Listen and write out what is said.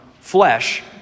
flesh